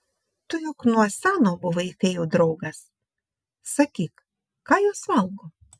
tu juk nuo seno buvai fėjų draugas sakyk ką jos valgo